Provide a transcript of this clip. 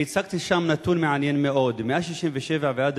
הצגתי שם נתון מעניין מאוד: מאז 1967 ועד